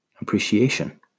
appreciation